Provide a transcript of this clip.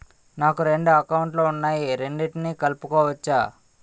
నాకు రెండు అకౌంట్ లు ఉన్నాయి రెండిటినీ కలుపుకోవచ్చా?